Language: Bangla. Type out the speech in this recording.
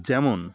যেমন